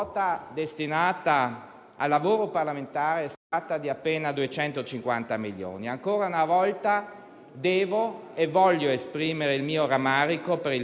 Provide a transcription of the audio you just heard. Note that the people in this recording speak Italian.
Grazie,